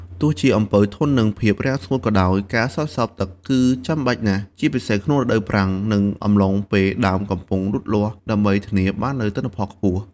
ទោះជាអំពៅធន់នឹងភាពរាំងស្ងួតក៏ដោយ ការស្រោចស្រពទឹកគឺចាំបាច់ណាស់ ជាពិសេសក្នុងរដូវប្រាំង និងអំឡុងពេលដើមកំពុងលូតលាស់ ដើម្បីធានាបាននូវទិន្នផលខ្ពស់។